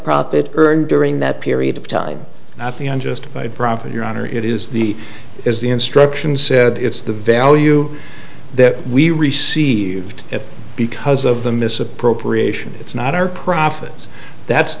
profit earned during that period of time at the end justified profit your honor it is the is the instructions said it's the value that we sieved because of the misappropriation it's not our profits that's